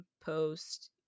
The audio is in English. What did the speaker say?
post